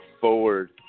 forward